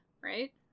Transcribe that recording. right